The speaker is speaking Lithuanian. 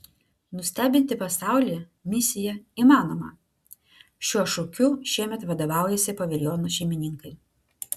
nustebinti pasaulį misija įmanoma šiuo šūkiu šiemet vadovaujasi paviljono šeimininkai